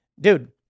Dude